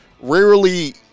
rarely